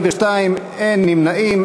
42 נגד, אין נמנעים.